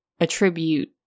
attribute